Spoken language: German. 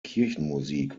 kirchenmusik